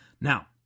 now